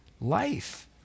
life